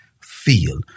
feel